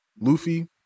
luffy